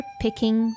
picking